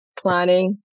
planning